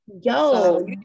Yo